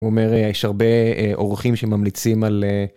אומר, יש הרבה עורכים שממליצים על...